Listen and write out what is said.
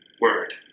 word